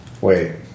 Wait